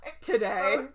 today